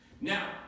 Now